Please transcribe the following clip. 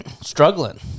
struggling